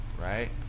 Right